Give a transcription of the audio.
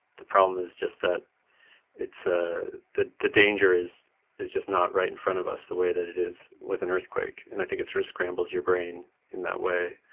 the problem is just that it's, ah the the danger is is just not right in front of us the way that it is with an earthquake, and i think it's sort of scrambles your brain in that way.